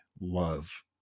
love